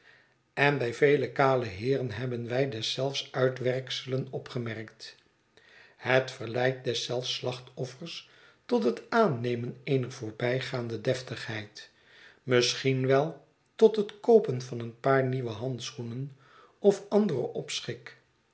en bij vele kale heeren hebben wij deszelfs uitwerkselen opgemerkt het verleidt deszelfs slachtoffers tot het aannemen eener voorbijgaande deftigheid misschien wel tot hetkoopen van een paar nieuwe handschoenen of anderen